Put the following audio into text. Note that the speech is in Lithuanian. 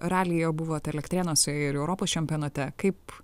ralyje buvot elektrėnuose ir europos čempionate kaip